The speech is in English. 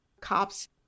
cops